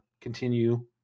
continue